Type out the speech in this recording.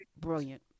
brilliant